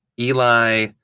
Eli